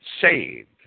saved